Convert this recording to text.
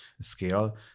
scale